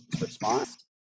response